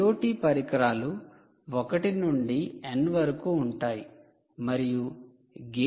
IoT పరికరాలు 1 నుండి N వరకు ఉంటాయి మరియు గేట్వే ఉంది